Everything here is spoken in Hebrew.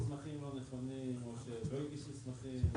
מסמכים לא נכונים, או שלא הגיש מסמכים וכד'.